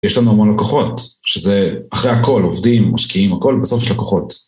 יש לנו המון לקוחות, שזה אחרי הכל עובדים, משקיעים, הכל בסוף של לקוחות.